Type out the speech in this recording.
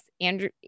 Andrew